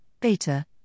beta